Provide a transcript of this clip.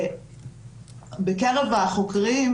בקרב החוקרים,